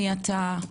מי אתה,